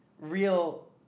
real